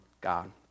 God